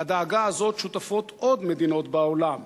לדאגה הזאת שותפות עוד מדינות בעולם: